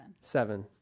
Seven